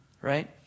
Right